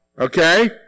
Okay